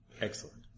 excellent